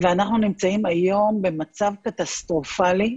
ואנחנו נמצאים היום במצב קטסטרופלי,